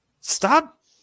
stop